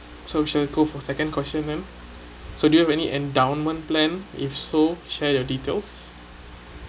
so sure go for second question then so do you have any endowment plan if so share your details